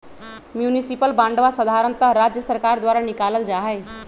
municipal बांडवा साधारणतः राज्य सर्कार द्वारा निकाल्ल जाहई